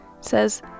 says